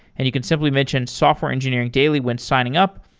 and you can simply mention software engineering daily when signing up.